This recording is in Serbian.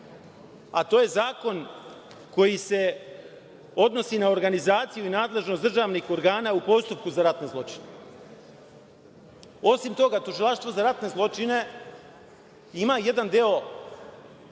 a to je zakon koji se odnosi na organizaciju i nadležnost državnih organa u postupku za ratne zločine. Osim toga Tužilaštvo za ratne zločine ima jedan deo,